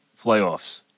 playoffs